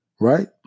Right